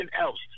else